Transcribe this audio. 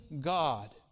God